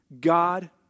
God